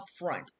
upfront